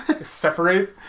Separate